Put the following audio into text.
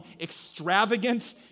extravagant